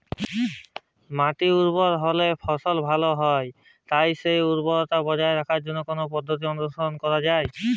মাটি উর্বর হলে ফলন ভালো হয় তাই সেই উর্বরতা বজায় রাখতে কোন পদ্ধতি অনুসরণ করা যায়?